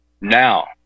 Now